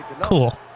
Cool